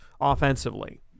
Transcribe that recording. offensively